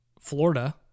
Florida